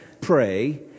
Pray